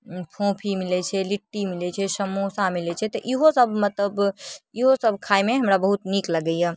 फोफी मिलै छै लिट्टी मिलै छै समोसा मिलै छै तऽ इहोसब मतलब इहोसब खाइमे हमरा बहुत नीक लगैए